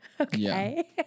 okay